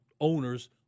owners